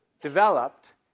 developed